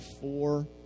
four